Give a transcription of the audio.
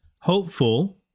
hopeful